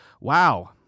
Wow